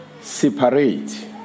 Separate